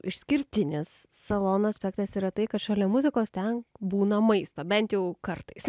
išskirtinis salonas spetas yra tai kad šalia muzikos ten būna maisto bent jau kartais